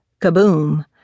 Kaboom